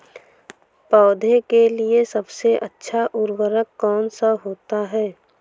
पौधे के लिए सबसे अच्छा उर्वरक कौन सा होता है?